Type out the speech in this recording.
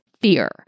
fear